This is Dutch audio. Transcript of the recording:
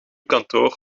kantoor